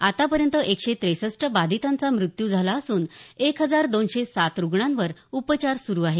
आतापर्यंत एकशे ट्रेसष्ट बाधितांचा म़त्यू झाला असून एक हजार दोनशे सात रुग्णांवर उपचार सुरू आहे